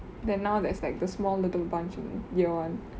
then now there's like the small little bunch of year one